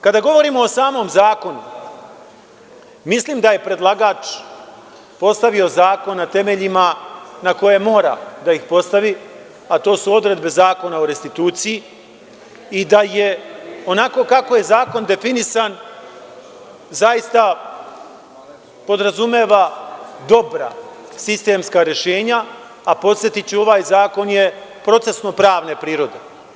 Kada govorimo o samom zakonu mislim da je predlagač postavio zakon na temeljima na koje mora da ih postavi, a to su odredbe Zakona o restituciji i da je onako kako je zakon definisan zaista podrazumeva dobra sistemska rešenja, a podsetiću ovaj zakon je procesno pravne prirode.